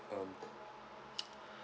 um